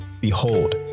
Behold